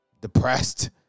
depressed